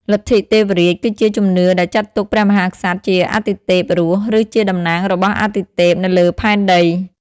លទ្ធិទេវរាជគឺជាជំនឿដែលចាត់ទុកព្រះមហាក្សត្រជាអាទិទេពរស់ ឬជាតំណាងរបស់អាទិទេពនៅលើផែនដី។